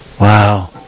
Wow